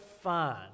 fine